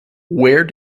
where